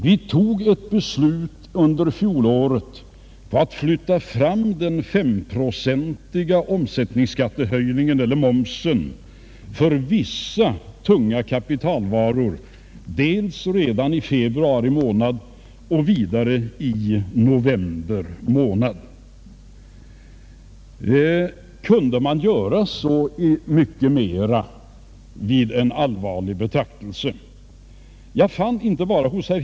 Vi tog också under fjolåret ett beslut om att flytta fram den S-procentiga omsättningsskattehöjningen, alltså momsen, för vissa tunga kapitalvaror, dels i februari månad, dels i november. Kan man verkligen vid en allvarlig betraktelse säga att så mycket mera kunde göras?